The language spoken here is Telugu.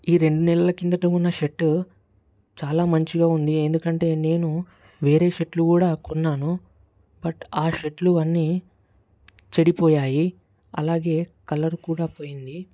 ఈ రెండునెలల కిందట ఉన్న షర్ట్ చాలా మంచిగా ఉంది ఎందుకంటే నేను వేరే షర్ట్లు కూడా కొన్నాను బట్ ఆ షర్ట్లు అన్నీ చెడిపోయాయి అలాగే కలర్ కూడా పోయింది